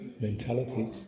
mentality